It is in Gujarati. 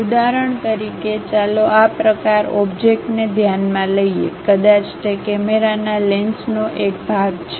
ઉદાહરણ તરીકે ચાલો આ પ્રકાર ઓબ્જેક્ટને ધ્યાનમાં લઈએ કદાચ તે કેમેરાના લેન્સનો એક ભાગ છે